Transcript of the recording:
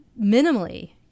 minimally